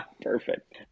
Perfect